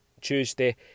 Tuesday